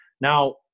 Now